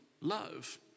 love